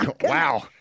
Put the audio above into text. Wow